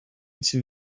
two